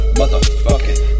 motherfucking